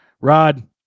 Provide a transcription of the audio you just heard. Rod